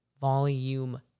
Volume